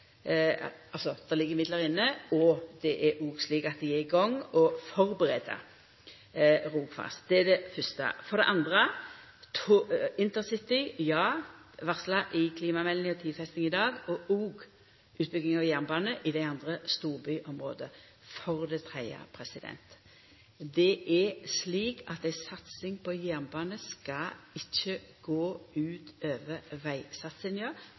og det er òg slik at dei er i gang med å førebu Rogfast. For det andre: Intercity – varsla i klimameldinga og tidfesting i dag, og utbygging av jernbane i dei andre storbyområda. For det tredje: Ei satsing på jernbane skal ikkje gå ut over vegsatsinga.